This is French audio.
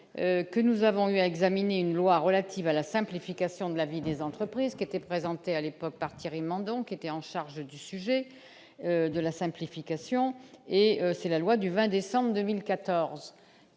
que nous avons eu à examiner une loi relative à la simplification de la vie des entreprises qui était présenté à l'époque par Thierry Mandon qui était en charge du sujet de la simplification et c'est la loi du 20 décembre 2014